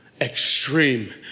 Extreme